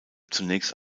zunächst